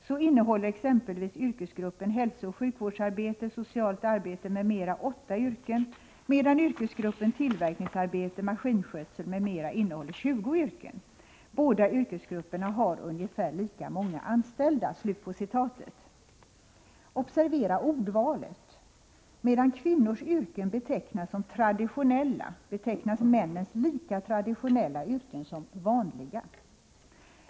Så innehåller exempelvis yrkesgruppen hälsooch sjukvårdsarbete, socialt arbete m.m. åtta yrken medan yrkesgruppen tillverkningsarbete, maskinskötsel m.m. innehåller 20 yrken. Båda yrkesgrupperna har ungefär lika många anställda.” Observera ordvalet: medan kvinnors yrken betecknas som traditionella betecknas männens lika traditionella yrken som vanliga.